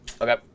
Okay